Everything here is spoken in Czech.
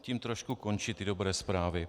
Tím trošku končí ty dobré zprávy.